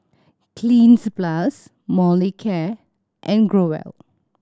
Cleanz Plus Molicare and Growell